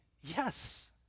yes